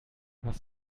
was